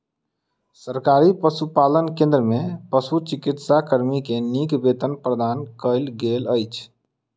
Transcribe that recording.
सरकारी पशुपालन केंद्र में पशुचिकित्सा कर्मी के नीक वेतन प्रदान कयल गेल अछि